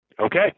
Okay